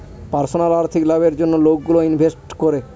personal আর্থিক লাভের জন্য লোকগুলো ইনভেস্ট করে